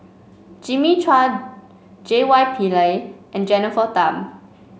Jimmy Chua J Y Pillay and Jennifer Tham